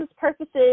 purposes